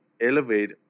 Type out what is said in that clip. elevate